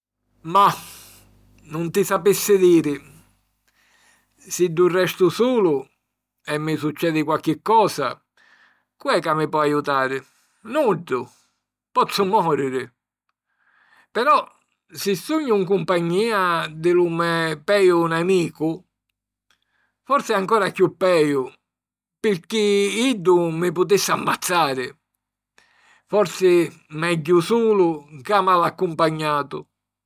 Mah... nun ti sapissi diri... Siddu restu sulu e mi succedi qualchi cosa, cu' è ca mi po aiutari? Nuddu. Pozzu mòriri... Però si sugnu 'n cumpagnìa di lu me peju nemicu, forsi è ancora chiù peju pirchì iddu mi putissi ammazzari. Forsi megghiu sulu ca mal'accumpagnatu...